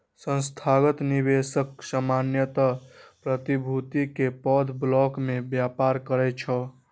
संस्थागत निवेशक सामान्यतः प्रतिभूति के पैघ ब्लॉक मे व्यापार करै छै